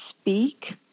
speak